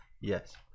Yes